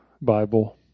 Bible